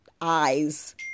eyes